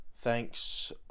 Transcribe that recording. Thanks